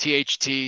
THT